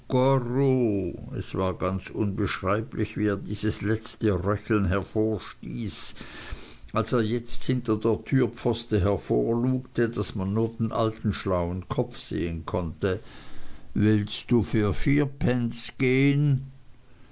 es war ganz unbeschreiblich wie er dieses letzte röcheln hervorstieß als er jetzt hinter der türpfoste hervorlugte daß man nur den alten schlauen kopf sehen konnte willst du für vier pence gehen